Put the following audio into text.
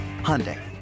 Hyundai